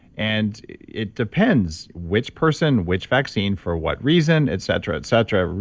and it depends which person, which vaccine for what reason, et cetera, et cetera,